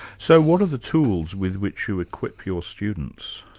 so what are the tools with which you equip your students?